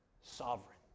sovereign